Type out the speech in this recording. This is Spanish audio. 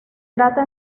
trata